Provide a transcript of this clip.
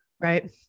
Right